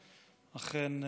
אכן,